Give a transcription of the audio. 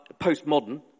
postmodern